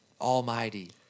almighty